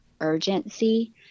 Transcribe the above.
urgency